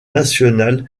national